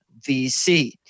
VC